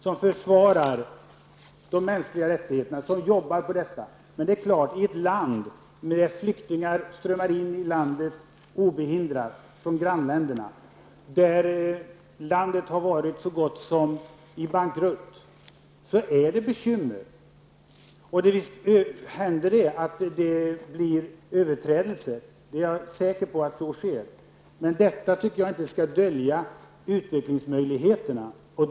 Man försvarar de mänskliga rättigheterna och jobbar med dessa saker. Men flyktingar strömmar obehindrat in i landet från grannländerna. Dessutom har landet varit så gott som bankrutt. Det är alltså klart att det finns bekymmer. Visst kan överträdelser förekomma. Ja, jag är säker på att så sker. Men detta, tycker jag, får inte dölja landets utvecklingsmöjligheter.